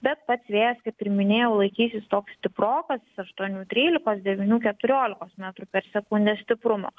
bet pats vėjas kaip ir minėjau laikysis toks stiprokas aštuonių trylikos devynių keturiolikos metrų per sekundę stiprumo